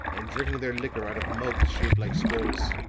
and drinking their liquor out of mugs shaped like skulls.